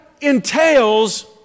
entails